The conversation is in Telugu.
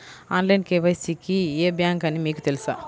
ఆన్లైన్ కే.వై.సి కి ఏ బ్యాంక్ అని మీకు తెలుసా?